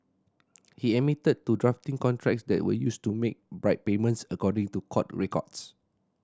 he admitted to drafting contracts that were used to make bribe payments according to court records